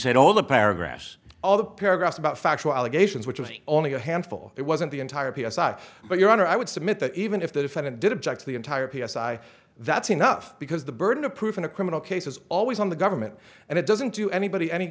said all the paragraphs all the paragraphs about factual allegations which was only a handful it wasn't the entire p s i but your honor i would submit that even if the defendant did object to the entire p s i that's enough because the burden of proof in a criminal case is always on the government and it doesn't do anybody any